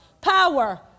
power